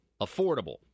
affordable